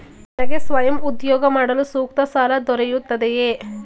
ನನಗೆ ಸ್ವಯಂ ಉದ್ಯೋಗ ಮಾಡಲು ಸೂಕ್ತ ಸಾಲ ದೊರೆಯುತ್ತದೆಯೇ?